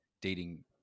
dating